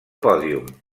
pòdium